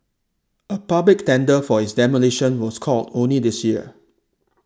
a public tender for its demolition was called only this year